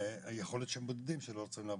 יכול להיות שיש בודדים שלא רוצים לעבוד,